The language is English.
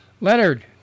Leonard